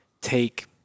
take